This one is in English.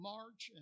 March